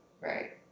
Right